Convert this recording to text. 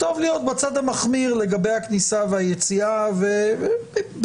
טוב להיות בצד המחמיר לגבי הכניסה והיציאה בגדול,